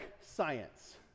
science